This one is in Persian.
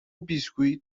بیسکوییت